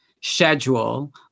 schedule